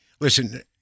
Listen